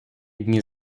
дні